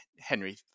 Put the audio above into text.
Henry